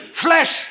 flesh